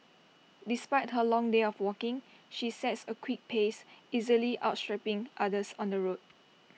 despite her long day of walking she sets A quick pace easily outstripping others on the road